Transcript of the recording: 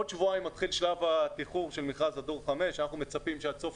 עוד שבועיים מתחיל שלב התיחור של מכרז דור 5. אנחנו מצפים שעד סוף